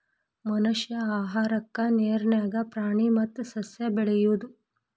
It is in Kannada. ಮನಷ್ಯಾ ಆಹಾರಕ್ಕಾ ನೇರ ನ್ಯಾಗ ಪ್ರಾಣಿ ಮತ್ತ ಸಸ್ಯಾ ಬೆಳಿಯುದು